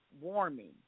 warming